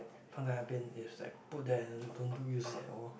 放在那边 is like put there and don't do use it at all